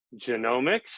genomics